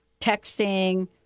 texting